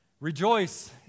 Rejoice